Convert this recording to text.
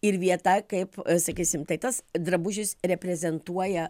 ir vieta kaip sakysim tai tas drabužis reprezentuoja